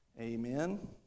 Amen